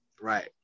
Right